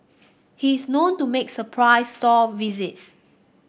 he is known to make surprise store visits